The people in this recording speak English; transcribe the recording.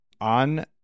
on